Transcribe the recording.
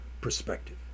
perspective